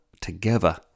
together